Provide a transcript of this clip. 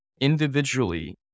individually